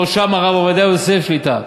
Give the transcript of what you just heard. בראשם הרב עובדיה יוסף שליט"א,